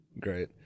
Great